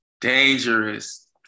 Dangerous